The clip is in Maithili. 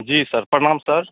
जी सर प्रणाम सर